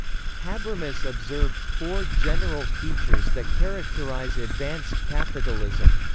habermas observed four general features that characterise advanced capitalism